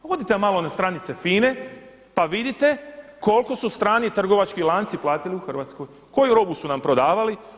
Odite malo na stranice FINA-e pa vidite koliko su strani trgovački lanci platili u Hrvatskoj, koju robu su nam prodavali?